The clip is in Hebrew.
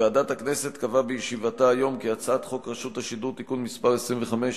ועדת הכנסת קבעה בישיבתה היום כי הצעת חוק רשות השידור (תיקון מס' 25),